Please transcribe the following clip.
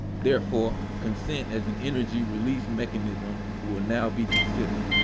therefore, consent as an energy release mechanism will now be considered.